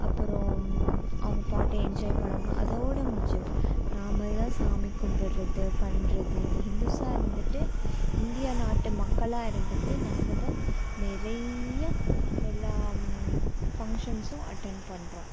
அப்புறம் அவுங்க party enjoy பண்ணுவாங்க அதோடய முடிஞ்சிடும் நாம தான் சாமி கும்புடுறது பண்ணுறது இந்த இந்துஸ்ஸாக இருந்துட்டு இந்திய நாட்டு மக்களாக இருந்துட்டு நாம தான் நிறைய எல்லா பங்ஷன்ஸ்சும் அட்டன் பண்ணுறோம்